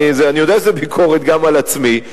אני יודע שזו ביקורת גם על עצמי,